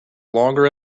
longer